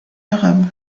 arabe